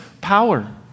Power